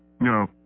No